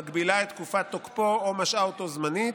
מגבילה את תקופת תוקפו או משעה אותו זמנית,